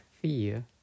fear